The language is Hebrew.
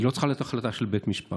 היא לא צריכה להיות החלטה של בית משפט.